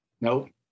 Nope